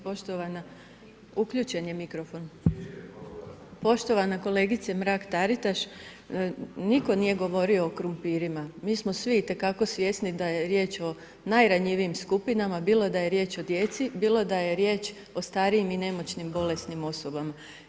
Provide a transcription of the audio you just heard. Poštovana uključen je mikrofon, poštovana kolegice Mrak Taritaš, nitko nije govorio o krumpirima, mi smo svi itekako svjesni, da je riječ o najranjivijim skupinama, bilo da je riječ o djeci, bilo da je riječ o starijim i nemoćnim bolesnim osobama.